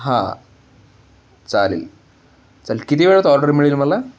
हां चालेल चालेल किती वेळात ऑर्डर मिळेल मला